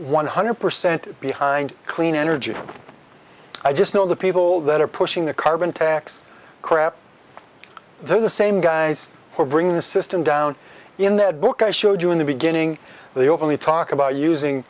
one hundred percent behind clean energy i just know the people that are pushing the carbon tax crap they're the same guys who are bringing the system down in that book i showed you in the beginning they openly talk about using